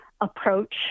approach